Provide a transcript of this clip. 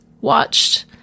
watched